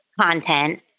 content